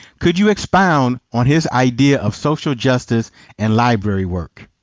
could you expound on his idea of social justice and library work?